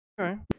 Okay